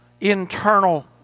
internal